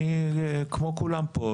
אני כמו כולם פה,